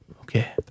Okay